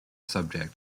subject